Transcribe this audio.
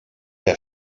der